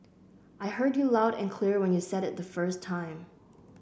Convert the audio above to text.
I heard you loud and clear when you said it the first time